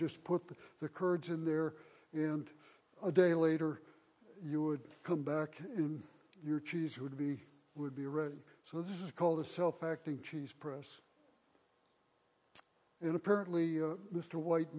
just put the kurds in there in a day later you would come back in your cheese would be would be ready so this is called a self acting cheese press in apparently mr white